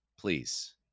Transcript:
please